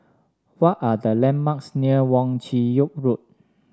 what are the landmarks near Wong Chin Yoke Road